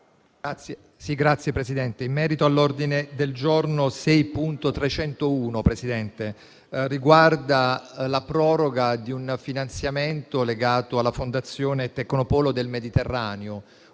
Signor Presidente, intervengo sull'ordine del giorno 6.301, che riguarda la proroga di un finanziamento legato alla fondazione Tecnopolo Mediterraneo.